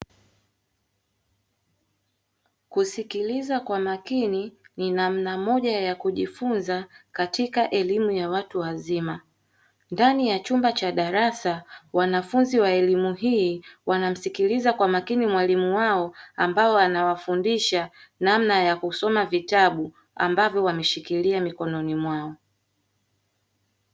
Kusikiliza kwa makini ni namna moja ya kujifunza katika elimu ya watu wazima; ndani ya chumba cha darasa wanafunzi wa elimu hii wanamsikiliza kwa makini, mwalimu wao ambao anawafundisha namna ya kusoma vitabu ambavyo wameshikilia mkononi mwao.